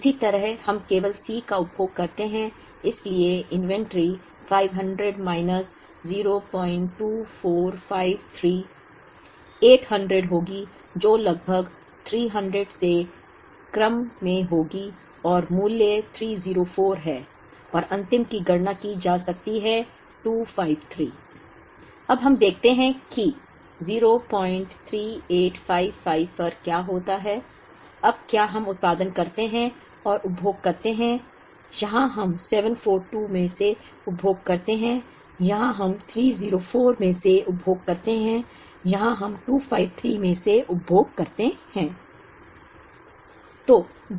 इसी तरह हम केवल C का उपभोग करते हैं इसलिए इन्वेंट्री 500 माइनस 02453 800 होगी जो लगभग 300 के क्रम में होगी और मूल्य 304 है और अंतिम की गणना की जा सकती है 253 अब हम देखते हैं कि 03855 पर क्या होता है अब यहाँ हम उत्पादन करते हैं और उपभोग करते हैं यहाँ हम 742 में से उपभोग करते हैं यहाँ हम 304 में से उपभोग करते हैं यहाँ हम 253 में से उपभोग करते हैं